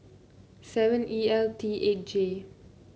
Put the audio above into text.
seven E L T eight J